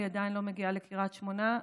היא עדיין לא מגיעה לקריית שמונה.